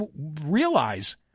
realize